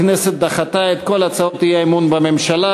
הכנסת דחתה את כל הצעות האי-אמון בממשלה.